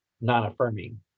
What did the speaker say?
non-affirming